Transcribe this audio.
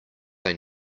they